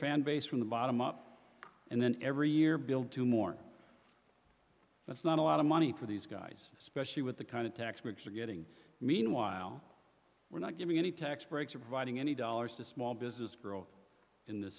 fan base from the bottom up and then every year build two more that's not a lot of money for these guys especially with the kind of tax breaks are getting meanwhile we're not giving any tax breaks or providing any dollars to small business growth in th